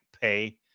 pay